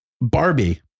Barbie